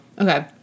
okay